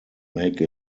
make